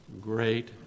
great